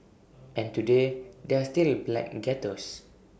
and today there are still black ghettos